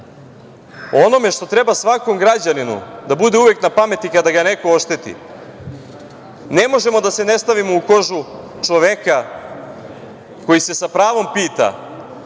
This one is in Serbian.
onome što treba svakom građaninu da bude na pameti kada ga neko ošteti, ne možemo da se ne stavimo u kožu čoveka koji se sa pravom pita